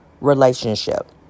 relationship